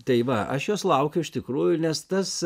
tai va aš jos laukiu iš tikrųjų nes tas